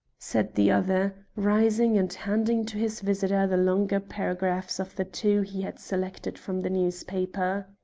said the other, rising and handing to his visitor the longer paragraph of the two he had selected from the newspaper.